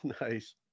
Nice